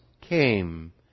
came